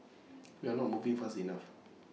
we are not moving fast enough